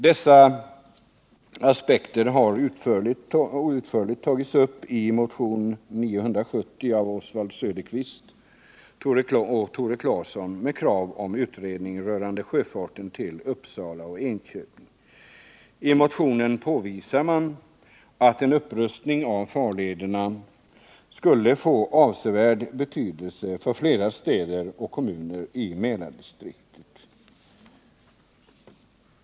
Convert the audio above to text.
Dessa aspekter har utförligt behandlats i motionen 970 av Oswald Söderqvist och Tore Claeson, vari det krävs en utredning rörande sjöfarten till Uppsala och Enköping. I motionen påvisas att en upprustning av farlederna skulle få avsevärd betydelse för flera kommuner i Mälardistriktet.